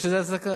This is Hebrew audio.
יש לזה הצדקה?